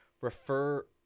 Refer